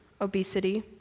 obesity